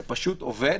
זה פשוט עובד.